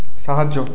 সাহায্য